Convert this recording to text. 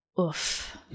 oof